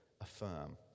affirm